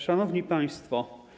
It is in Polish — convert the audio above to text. Szanowni Państwo!